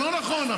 לא נכון.